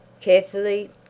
Carefully